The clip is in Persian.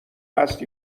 است